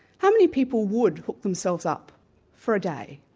how many people would hook themselves up for a day?